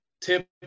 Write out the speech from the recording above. tip